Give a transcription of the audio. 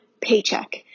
paycheck